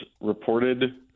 reported